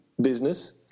business